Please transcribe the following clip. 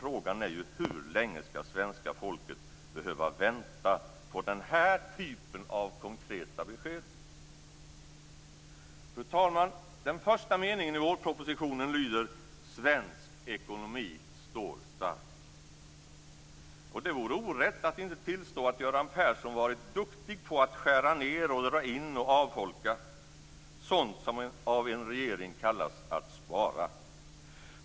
Frågan är hur länge svenska folket skall behöva vänta på den här typen av konkreta besked. Fru talman! Den första meningen i vårpropositionen lyder: "Svensk ekonomi står stark." Det vore orätt att inte tillstå att Göran Persson har varit duktig på att skära ned, dra in och avfolka, sådant som av en regering kallas för att spara.